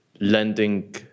lending